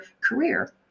career